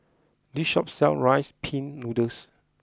this shop sells Rice Pin Noodles